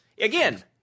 Again